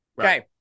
Okay